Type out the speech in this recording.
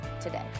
today